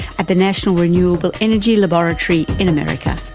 at the national renewable energy laboratory in america.